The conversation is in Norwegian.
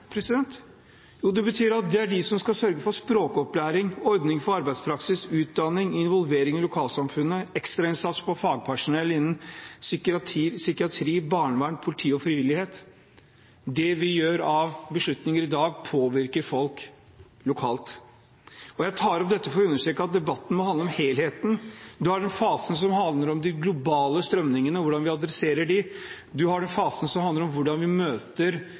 Jo, det betyr at det er de som skal sørge for språkopplæring, ordning for arbeidspraksis, utdanning, involvering i lokalsamfunnet, ekstrainnsats for fagpersonell innenfor psykiatri, barnevern, politi og frivillighet. Det vi gjør av beslutninger i dag, påvirker folk lokalt. Jeg tar opp dette for å understreke at debatten må handle om helheten. Vi har den fasen som handler om de globale strømningene og om hvordan vi adresserer dem. Vi har den fasen som handler om hvordan vi møter